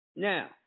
Now